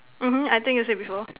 mmhmm I think you said before